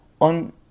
On